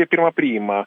jie pirma priima